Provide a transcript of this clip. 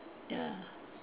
ya